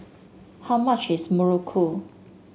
how much is Muruku